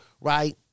right